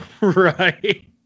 right